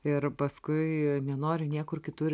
ir paskui nenori niekur kitur